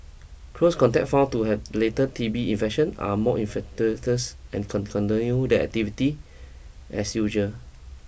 close contacts found to have later T B infection are more and can their activity as usual